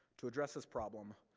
to address this problem,